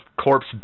corpse